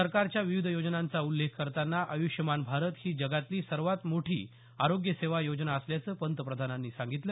सरकारच्या विविध योजनांचा उल्लेख करताना आयुष्मान भारत ही जगातली सर्वात मोठी आरोग्य सेवा योजना असल्याचं पंतप्रधानांनी सांतिगलं